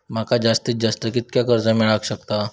माका जास्तीत जास्त कितक्या कर्ज मेलाक शकता?